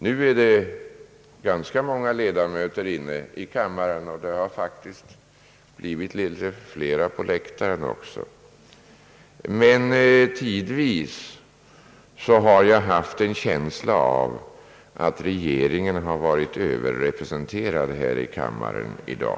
Nu är det ganska många ledamöter inne i kammaren — och det har faktiskt blivit litet flera på läktaren också — men jag har haft en känsla av att regeringen tidvis har varit överrepresenterad här i kammaren i dag.